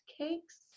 Cakes